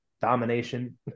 domination